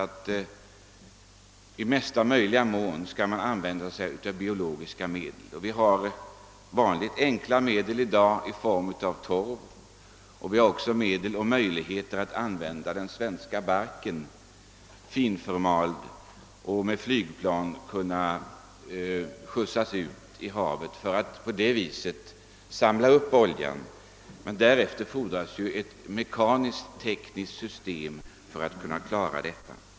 interpellationssvar — att i möjligaste mån använda sig av biologiska medel. Vi har i dag ett vanligt enkelt medel i form av torv. Vi har också möjlighet att använda den svenska barken att finfördelad från flygplan släppas ut i havet för att på det sättet samla upp olja. Men. det fordras ett mekanisk-tekniskt system för att klara detta.